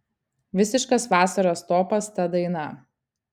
visiškas vasaros topas ta daina